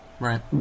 Right